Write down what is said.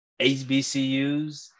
HBCUs